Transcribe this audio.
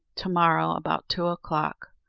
to-morrow, about two o'clock,